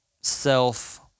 self